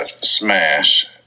smash